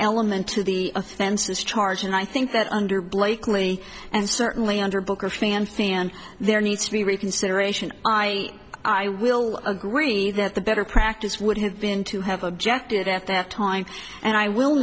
element to the offenses charge and i think that under blakely and certainly under booker fanfan there needs to be reconsideration i i will agree that the better practice would have been to have objected at that time and i will